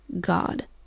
God